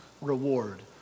reward